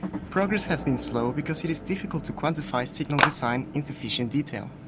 progress has been slow because it is difficult to quantify signal design in sufficient detail.